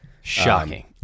Shocking